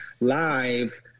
live